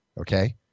Okay